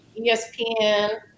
ESPN